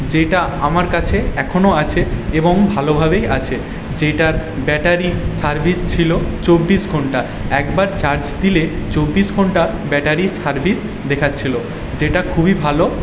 যেটা আমার কাছে এখনও আছে এবং ভালোভাবেই আছে যেটার ব্যাটারি সার্ভিস ছিল চব্বিশ ঘন্টা একবার চার্জ দিলে চব্বিশ ঘন্টা ব্যাটারি সার্ভিস দেখাচ্ছিল যেটা খুবই ভালো